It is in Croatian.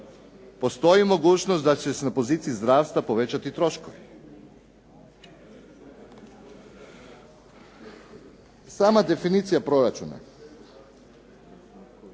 postoji mogućnost da će se na poziciji zdravstva povećati troškovi. Sama definicija proračuna,